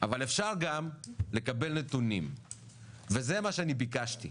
אבל אפשר גם לקבל נתונים וזה מה שאני ביקשתי.